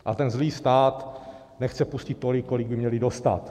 A ten zlý stát nechce pustit tolik, kolik by měli dostat.